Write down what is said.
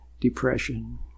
depression